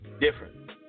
different